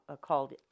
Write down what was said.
called